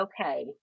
okay